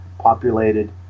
populated